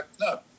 No